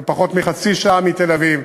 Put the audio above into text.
בפחות מחצי שעה מתל-אביב.